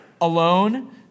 alone